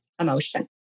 emotion